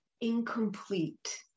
incomplete